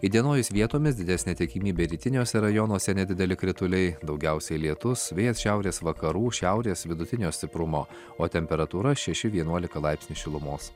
įdienojus vietomis didesnė tikimybė rytiniuose rajonuose nedideli krituliai daugiausiai lietus vėjas šiaurės vakarų šiaurės vidutinio stiprumo o temperatūra šeši vienuolika laipsniai šilumos